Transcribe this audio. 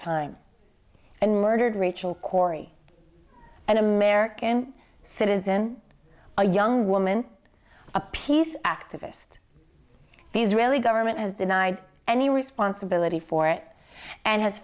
time and murdered rachel corrie an american citizen a young woman a peace activist the israeli government has denied any responsibility for it and has